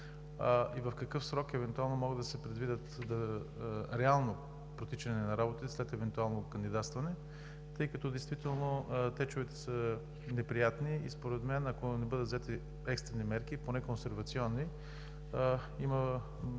и в какъв срок може да се предвиди реално протичане на работите след евентуално кандидатстване? Действително течовете са неприятни и според мен, ако не бъдат взети екстрени мерки, поне консервационни, има